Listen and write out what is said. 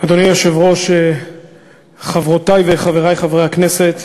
אדוני היושב-ראש, חברותי וחברי חברי הכנסת,